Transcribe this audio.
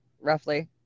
roughly